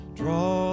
draw